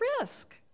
risk